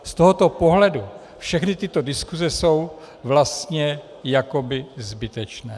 Z tohoto pohledu všechny tyto diskuse jsou vlastně jakoby zbytečné.